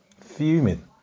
fuming